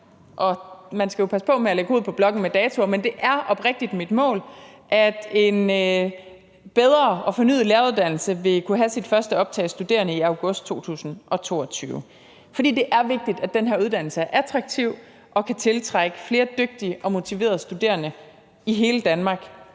og man skal passe på med at lægge hovedet på blokken, hvad angår datoer – at en bedre og fornyet læreruddannelse vil kunne have sit første optag af studerende i august 2022. For det er vigtigt, at den her uddannelse er attraktiv og kan tiltrække flere dygtige og motiverede studerende i hele Danmark